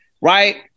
right